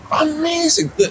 Amazing